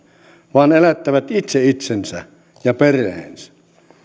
vaan elättävät itse itsensä ja perheensä